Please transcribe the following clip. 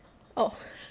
orh